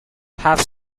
have